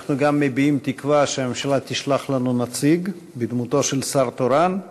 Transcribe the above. אנחנו מביעים תקווה שהממשלה תשלח לנו נציג בדמותו של שר תורן.